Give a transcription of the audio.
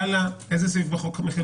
איזה סעיף בחוק?